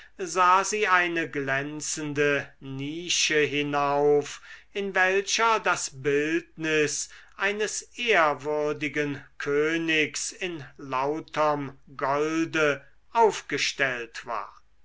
sah sie in eine glänzende nische hinauf in welcher das bildnis eines ehrwürdigen königs in lauterm golde aufgestellt war